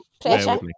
Pressure